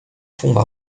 fonds